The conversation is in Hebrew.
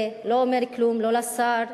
זה לא אומר כלום לא לשר,